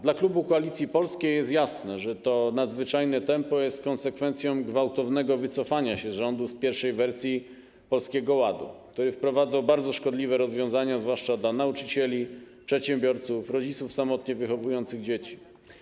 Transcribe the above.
Dla klubu Koalicji Polskiej jest jasne, że to nadzwyczajne tempo jest konsekwencją gwałtownego wycofania się rządu z pierwszej wersji Polskiego Ładu, który wprowadzał bardzo szkodliwe rozwiązania, zwłaszcza dla nauczycieli, przedsiębiorców, rodziców samotnie wychowujących dzieci.